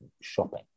shopping